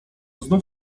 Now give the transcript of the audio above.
znów